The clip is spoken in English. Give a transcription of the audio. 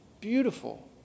beautiful